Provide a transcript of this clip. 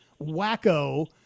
wacko